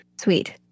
sweet